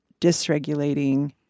dysregulating